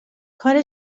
کار